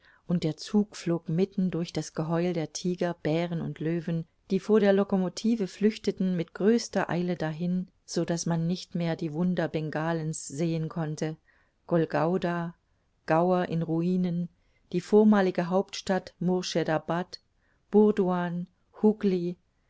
und der zug flog mitten durch das geheul der tiger bären und löwen die vor der locomotive flüchteten mit größter eile dahin so daß man nicht mehr die wunder bengalens sehen konnte golgouda gour in ruinen die vormalige hauptstadt murshedabad